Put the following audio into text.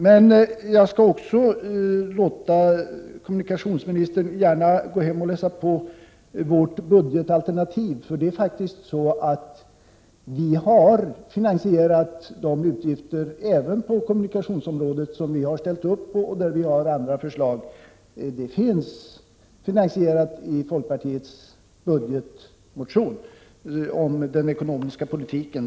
Men jag skall be kommunikationsministern att gå hem och läsa på vårt budgetalternativ, för vi har faktiskt anvisat finansiering även av de utgifter på kommunikationsområdet som vi ställer upp på. Vi har alltså här andra förslag, och dessa är finansierade i folkpartiets motion om den ekonomiska politiken.